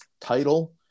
title